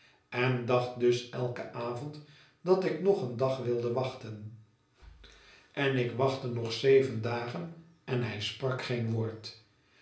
en dacht dus eiken avond dat ik nog een dag wilde wachten en ik wachtte nog zeven dagen en hij sprak geen woord